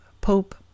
Pope